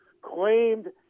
claimed